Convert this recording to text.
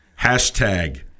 Hashtag